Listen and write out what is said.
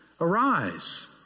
arise